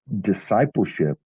discipleship